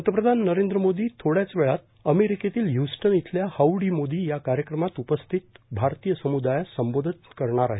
पंतप्रधान नरेंद्र मोदी थोड्याच वेळात अमेरिकेतील ह्यूस्टन इथल्या हाउडी मोदी या कार्यक्रमात उपस्थित भारतीय सम्दायास संबोधन करणार आहेत